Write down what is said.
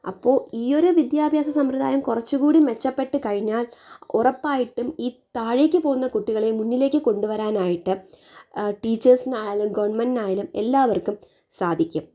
അപ്പോൾ ഈ ഒരു വിദ്യാഭ്യാസ സമ്പ്രദായം കുറച്ചുകൂടി മെച്ചപ്പെട്ട കഴിഞ്ഞാൽ ഉറപ്പായിട്ടും ഈ താഴേക്ക് പോകുന്ന കുട്ടികളെ മുന്നിലേക്ക് കൊണ്ടുവരാനായിട്ട് ടീച്ചേഴ്സിന് ആയാലും ഗവൺമെന്റിന് ആയാലും എല്ലാവര്ക്കും സാധിക്കും